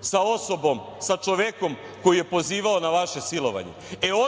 sa osobom, sa čovekom koji je pozivao na vaše silovanje.